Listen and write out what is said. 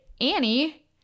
Annie